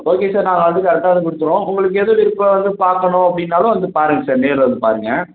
okay sir நாங்க வந்து கரெட்டாக வந்து கொடுத்துட்றோம் உங்களுக்கு எது விருப்பம் வந்து பார்க்கணும் அப்படினாலும் வந்து பாருங்கள் சார் நேரில் வந்து பாருங்கள்